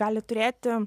gali turėti